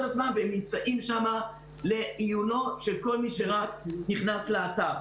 עצמן והם נמצאים שם לעיונו של כל מי שרק נכנס לאתר.